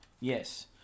Yes